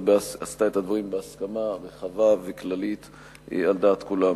עשתה את הדברים בהסכמה רחבה וכללית על דעת כולם.